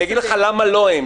אגיד לך למה לא אמצע.